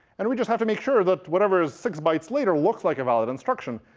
and we just have to make sure that whatever is six bytes later looks like a valid instruction.